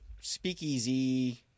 speakeasy